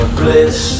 bliss